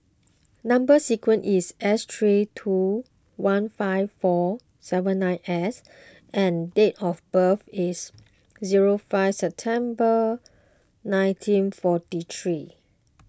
Number Sequence is S three two one five four seven nine S and date of birth is zero five September nineteen forty three